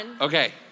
Okay